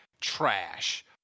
trash